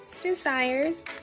desires